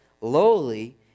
lowly